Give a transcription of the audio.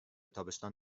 تابستان